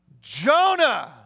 Jonah